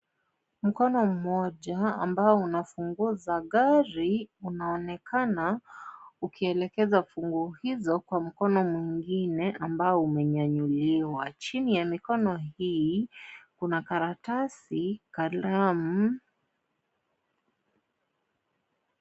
Mkono mmoja ambao una funguo za gari, unaonekana ukielegeza funguo hizo kwa mkono mwingine ambao umenyanyuliwa. Chini ya mikono hii kuna karatasi, kalamu.